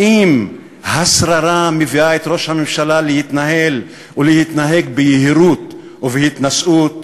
האם השררה מביאה את ראש הממשלה להתנהל ולהתנהג ביהירות ובהתנשאות?